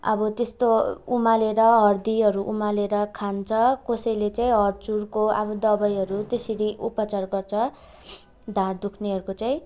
अब त्यस्तो उमालेर हर्दीहरू उमालेर खान्छ कसैले चाहिँ हर्चुलको अब दबाईहरू त्यसरी उपचार गर्छ ढाड दुख्नेहरूको चाहिँ